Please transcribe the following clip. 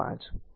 2 5